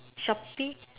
Shopee